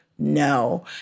No